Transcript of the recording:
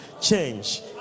change